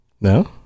No